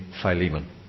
Philemon